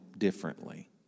differently